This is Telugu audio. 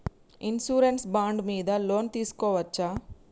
ఇన్సూరెన్స్ బాండ్ మీద లోన్ తీస్కొవచ్చా?